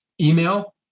Email